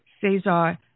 Cesar